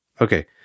Okay